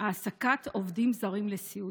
התשפ"א 2021,